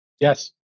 yes